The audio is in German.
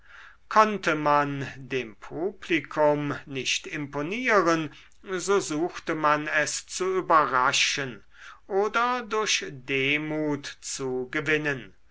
konnte man dem publikum nicht imponieren so suchte man es zu überraschen oder durch demut zu gewinnen